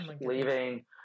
leaving